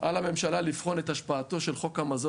על הממשלה לבחון את השפעתו של חוק המזון